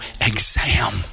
exam